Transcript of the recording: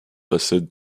facettes